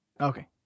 okay